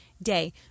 day